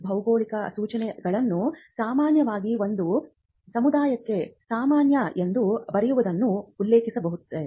ಭೌಗೋಳಿಕ ಸೂಚನೆಗಳು ಸಾಮಾನ್ಯವಾಗಿ ಒಂದು ಸಮುದಾಯಕ್ಕೆ ಸಾಮಾನ್ಯ ಎಂದು ಬರೆಯುವುದನ್ನು ಉಲ್ಲೇಖಿಸುತ್ತವೆ